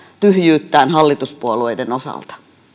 tyhjyyttään hallituspuolueiden osalta